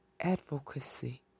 advocacy